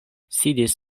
sidis